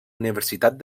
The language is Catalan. universitat